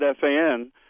FAN